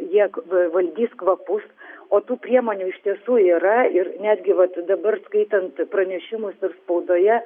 jie valdys kvapus o tų priemonių iš tiesų yra ir netgi vat dabar skaitant pranešimus ir spaudoje